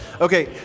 Okay